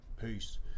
Peace